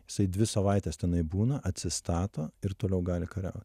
jisai dvi savaites tenai būna atsistato ir toliau gali kariaut